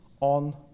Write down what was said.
on